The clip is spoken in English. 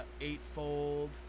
Eightfold